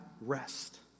rest